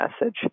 message